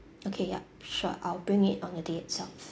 okay yup sure I'll bring it on the day itself